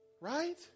Right